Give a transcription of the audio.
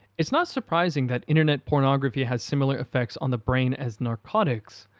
it's not surprising that internet pornography has similar effects on the brain as narcotics.